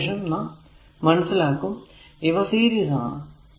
അതിനു ശേഷം നാം മനസ്സിലാക്കും ഇവ സീരീസ് ആണ്